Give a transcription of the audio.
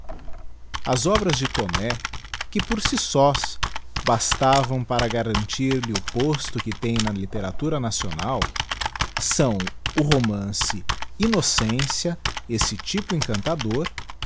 as obras de taunay que por si sós bastavam para garantir lhe o posto que tem na literatura nacional são o romance innocencia esse typo encantador